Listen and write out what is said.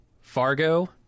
Fargo